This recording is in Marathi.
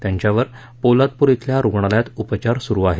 त्यांच्यावर पोलादपूर श्वल्या रुग्णालयात उपचार सुरु आहेत